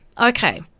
okay